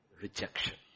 rejection